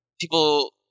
people